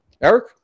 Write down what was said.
Eric